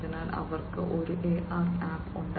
അതിനാൽ അവർക്ക് ഒരു AR ആപ്പ് ഉണ്ട്